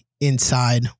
inside